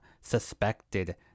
suspected